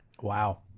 Wow